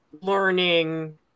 learning